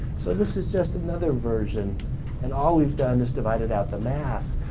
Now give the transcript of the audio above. so, this is just another version and all we've done is divided out the mass.